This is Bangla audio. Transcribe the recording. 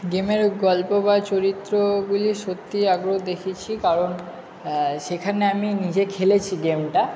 গেমের গল্প বা চরিত্রগুলি সত্যিই আগ্রহ দেখিয়েছি কারণ সেখানে আমি নিজে খেলেছি গেমটা